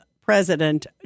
president